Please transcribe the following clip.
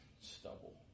stubble